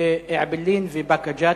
באעבלין ובבאקה-ג'ת?